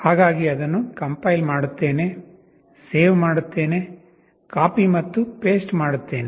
ಹಾಗಾಗಿ ಅದನ್ನು ಕಂಪೈಲ್ ಮಾಡುತ್ತೇನೆ ಸೇವ್ ಮಾಡುತ್ತೇನೆ ಕಾಪಿ ಮತ್ತು ಪೇಸ್ಟ್ ಮಾಡುತ್ತೇನೆ